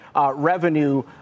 revenue